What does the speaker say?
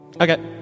Okay